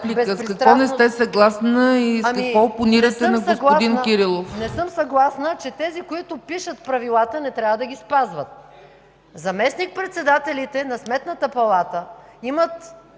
С какво не сте съгласна и с какво опонирате на господин Кирилов?